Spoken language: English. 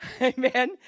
Amen